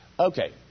Okay